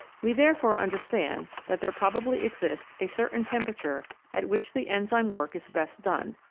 we therefore understand that there probably exists a certain temperature at which the enzyme work is best done,